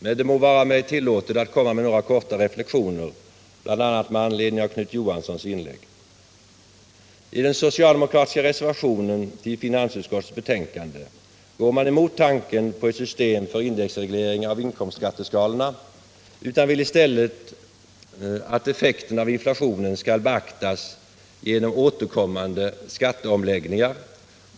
Men det må vara mig tillåtet att göra några korta reflexioner, bl.a. med anledning av Knut Johanssons inlägg. I den socialdemokratiska reservationen till finansutskottets betänkande går man emot tanken på ett system för indexreglering av inkomstskatteskalorna och vill i stället att effekten av inflationen skall beaktas genom återkommande skatteomläggningar.